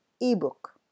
ebook